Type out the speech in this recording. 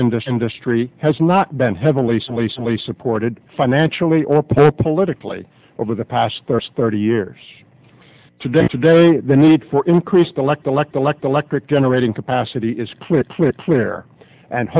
industry has not been heavily salaciously supported financially or politically over the past thirty years today today the need for increased elect elect elect electric generating capacity is clear clear clear and